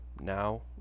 Now